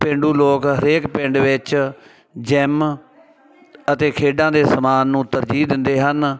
ਪੇਂਡੂ ਲੋਕ ਹਰੇਕ ਪਿੰਡ ਵਿੱਚ ਜਿਮ ਅਤੇ ਖੇਡਾਂ ਦੇ ਸਮਾਨ ਨੂੰ ਤਰਜੀਹ ਦਿੰਦੇ ਹਨ